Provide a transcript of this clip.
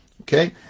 okay